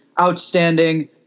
outstanding